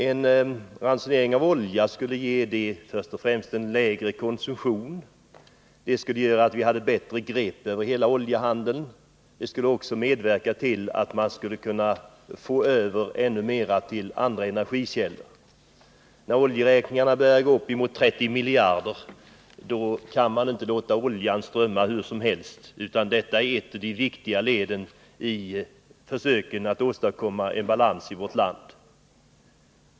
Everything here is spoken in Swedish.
En ransonering av olja skulle först och främst ge en lägre konsumtion. Det skulle också göra att vi hade bättre grepp över hela oljehandeln. Det skulle också medverka till att vi kunde gå över ännu mer till andra energikällor. När oljeräkningarna börjar gå upp mot 30 miljarder kan man inte låta oljan strömma hur som helst, och därför är detta ett av de viktigaste leden i försöken att åstadkomma en balans i vårt land.